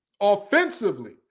offensively